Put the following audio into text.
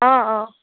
অঁ অঁ